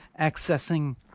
accessing